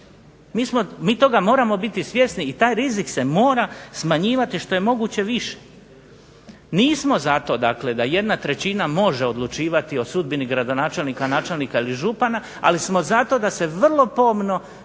Mi toga moramo biti svjesni i taj rizik se mora smanjivati što je moguće više. Nismo za to, dakle da jedna trećina može odlučivati o sudbini gradonačelnika, načelnika ili župana, ali smo za to da se vrlo pomno